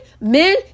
men